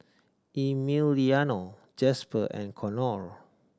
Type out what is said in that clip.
Emiliano Jasper and Conor